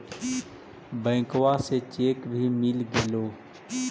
बैंकवा से चेक भी मिलगेलो?